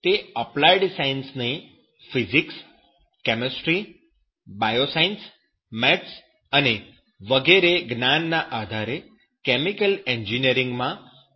તેથી તે applied science ને physics chemistry bio science maths અને વગેરે જ્ઞાનના આધારે કેમિકલ એન્જિનિયરીંગ માં રૂપાંતરિત કરવામાં આવે છે